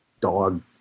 dog